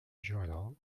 journal